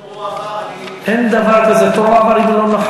תורו עבר.